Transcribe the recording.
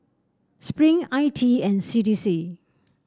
Spring I T E and C D C